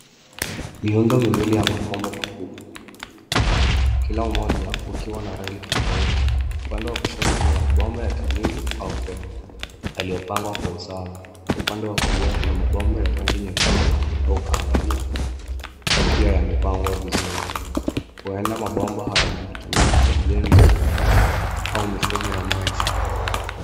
Miundo miwili ya mabomba makubwa, kila mmoja ukiwa na rangi tofauti. Upande wa kushoto kuna mabomba ya kijivu au fedha yaliyopangwa kwa usawa. Upande wa kulia kuna mabomba ya rangi nyekundu au kahawia pia yamepangwa vizuri. Huenda mabomba haya yanatumika kwa ujenzi au mifumo ya maji.